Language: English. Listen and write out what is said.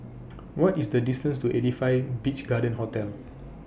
What IS The distance to eighty five Beach Garden Hotel